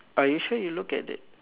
are you sure you look at it